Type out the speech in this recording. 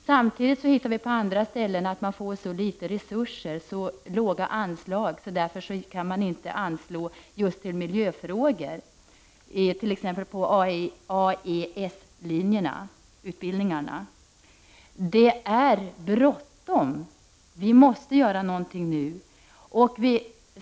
Samtidigt ser vi på andra ställen att man får så låga anslag att man inte kan avdela resurser till miljöfrågor på t.ex. AES utbildningarna. Det är bråttom! Vi måste göra någonting nu.